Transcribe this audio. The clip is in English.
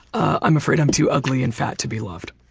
i'm afraid i'm too ugly and fat to be loved.